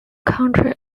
county